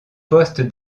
poste